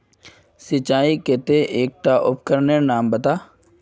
सिंचाईर केते एकटा उपकरनेर नाम बता?